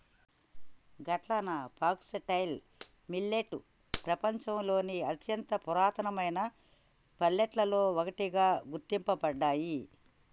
గట్లన foxtail millet పెపంచంలోని అత్యంత పురాతనమైన మిల్లెట్లలో ఒకటిగా గుర్తించబడ్డాయి